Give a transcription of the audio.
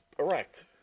correct